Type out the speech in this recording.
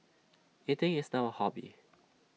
eating is now A hobby